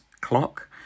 clock